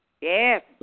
Yes